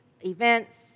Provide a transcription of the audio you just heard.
events